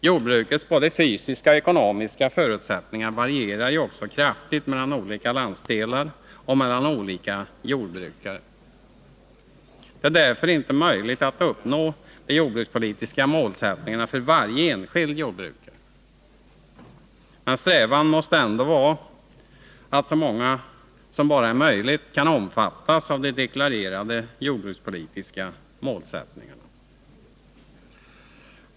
Jordbrukets både fysiska och ekonomiska förutsättningar varierar ju också kraftigt mellan olika landsdelar och mellan olika jordbrukare. Det är därför inte möjligt att uppnå de jordbrukspolitiska målsättningarna för varje enskild jordbrukare. Men strävan måste ändå vara att så många som det bara är möjligt kan omfattas av de deklarerade jordbrukspolitiska målsättningarna.